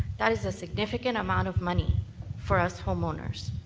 that is a significant amount of money for us homeowners,